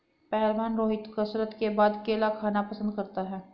पहलवान रोहित कसरत के बाद केला खाना पसंद करता है